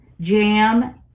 jam